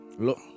Look